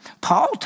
Paul